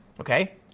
okay